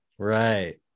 Right